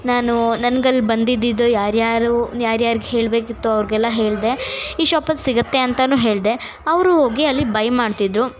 ನಾನು ನನ್ಗಲ್ಲಿ ಬಂದಿದಿದ್ದು ಯಾರ್ಯಾರು ಯಾರ್ಯಾಗೆ ಹೇಳಬೇಕಿತ್ತು ಅವ್ರಿಗೆಲ್ಲ ಹೇಳ್ದೆ ಈ ಶಾಪಲ್ಲಿ ಸಿಗುತ್ತೆ ಅಂತೆಯೂ ಹೇಳ್ದೆ ಅವರು ಹೋಗಿ ಅಲ್ಲಿ ಬೈ ಮಾಡ್ತಿದ್ರು